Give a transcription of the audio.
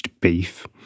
beef